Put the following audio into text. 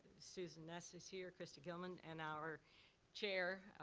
susan ness is here, christie gilson, and our chair,